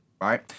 right